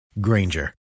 Granger